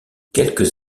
quelques